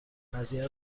قضیه